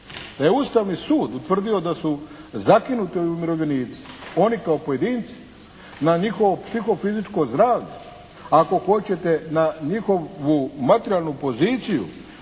Ustavni sud utvrdio da su zakinuti ovi umirovljenici, oni kao pojedinci, na njihovo psiho-fizičko zdravlje. Ako hoćete na njihovu materijalnu poziciju